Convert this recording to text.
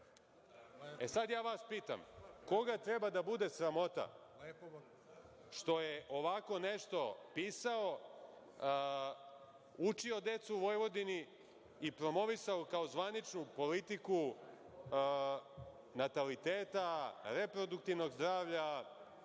Sada vas pitam koga treba da bude sramota što je ovako nešto pisao, učio decu u Vojvodini, i promovisao kao zvaničnu politiku nataliteta, reproduktivnog zdravlja,